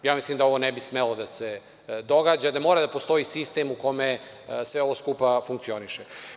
Mislim da ovo ne bi smelo da se događa, da mora da postoji sistem u kome sve ovo skupa funkcioniše.